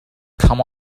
come